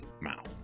mouth